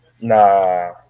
Nah